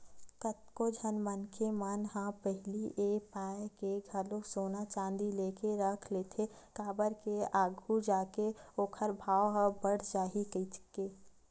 कतको झन मनखे मन ह पहिली ए पाय के घलो सोना चांदी लेके रख लेथे काबर के आघू जाके ओखर भाव ह बड़ जाही कहिके